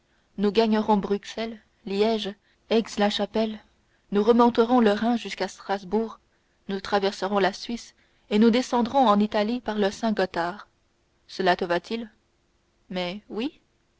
nous gagnerons bruxelles liège aix la chapelle nous remonterons le rhin jusqu'à strasbourg nous traverserons la suisse et nous descendrons en italie par le saint-gothard cela te va-t-il mais oui